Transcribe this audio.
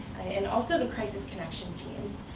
and also, the crisis connection teams.